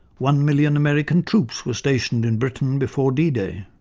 one million american troops were stationed in britain before d day.